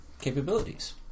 capabilities